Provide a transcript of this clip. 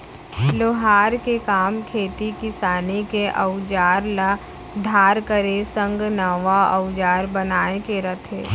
लोहार के काम खेती किसानी के अउजार ल धार करे संग नवा अउजार बनाए के रथे